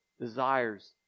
desires